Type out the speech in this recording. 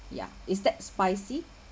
ya is that spicy